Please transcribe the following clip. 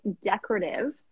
decorative